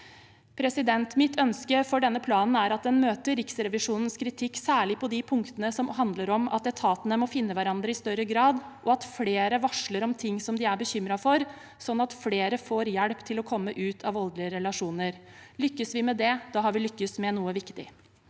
utredning. Mitt ønske for denne planen er at en møter Riksrevisjonens kritikk, særlig på de punktene som handler om at etatene må finne hverandre i større grad, og at flere varsler om ting de er bekymret for, sånn at flere får hjelp til å komme ut av voldelige relasjoner. Lykkes vi med det, da har vi lykkes med noe viktig.